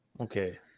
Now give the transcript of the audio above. Okay